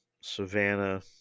Savannah